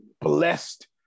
blessed